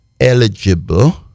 eligible